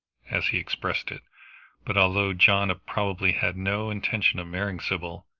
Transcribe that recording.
as he expressed it but although john probably had no intention of marrying sybil,